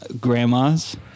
grandma's